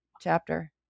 chapter